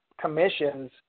commissions